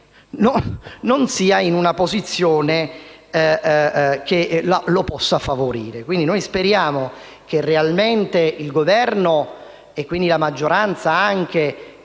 non sia in una posizione che lo possa favorire. Quindi noi speriamo che realmente il Governo, e quindi anche la maggioranza,